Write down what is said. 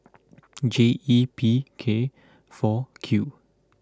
J E P K four Q